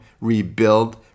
rebuild